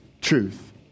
truth